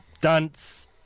Dance